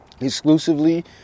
exclusively